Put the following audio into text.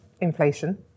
inflation